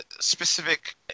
specific